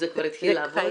זה כבר התחיל לעבוד?